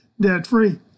debt-free